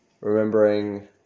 remembering